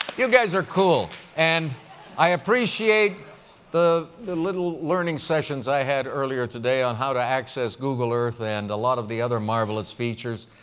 you guys are cool and i appreciate the the little learning sessions i had earlier today on how to access google earth and a lot of the other marvelous features.